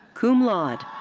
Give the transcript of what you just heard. cum laude.